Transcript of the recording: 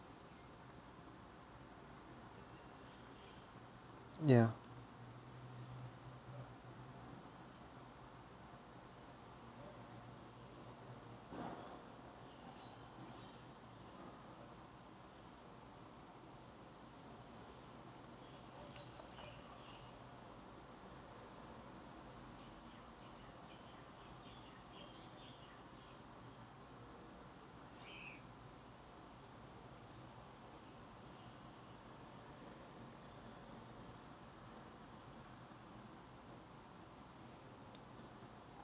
ya